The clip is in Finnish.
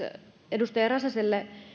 edustaja räsäselle